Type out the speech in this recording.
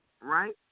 Right